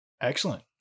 Excellent